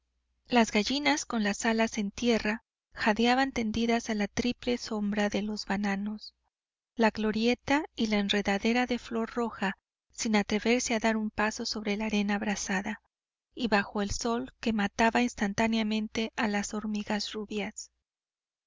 las gallinas con las alas en tierra jadeaban tendidas a la triple sombra de los bananos la glorieta y la enredadera de flor roja sin atreverse a dar un paso sobre la arena abrasada y bajo un sol que mataba instantáneamente a las hormigas rubias